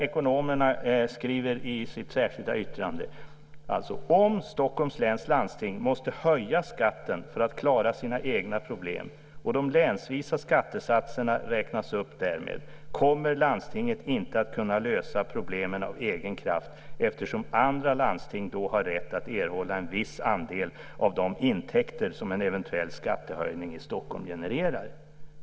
Ekonomerna skriver i sitt särskilda yttrande: Om Stockholms läns landsting måste höja skatten för att klara sina egna problem och de länsvisa skattesatserna räknas upp därmed kommer landstinget inte att kunna lösa problemen av egen kraft, eftersom andra landsting då har rätt att erhålla en viss andel av de intäkter som en eventuell skattehöjning i Stockholms genererar.